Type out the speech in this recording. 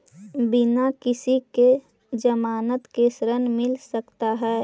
बिना किसी के ज़मानत के ऋण मिल सकता है?